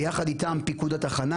יחד איתם פיקוד התחנה,